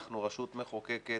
אנחנו רשות מחוקקת